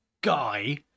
guy